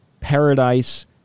paradise